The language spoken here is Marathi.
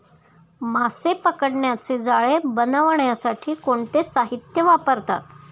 मासे पकडण्याचे जाळे बनवण्यासाठी कोणते साहीत्य वापरतात?